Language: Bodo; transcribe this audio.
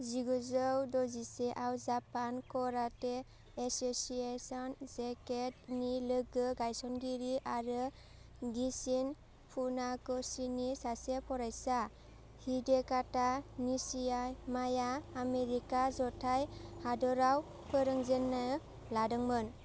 जिगुजौ द'जिसेआव जापान काराटे एसोसिएशन जेकेटनि लोगो गायसनगिरि आरो गिचिन फुनाकोशी नि सासे फरायसा हिडेटाका निशियामा या आमेरिका जथाय हादोराव फोरोंजेननो लादोंमोन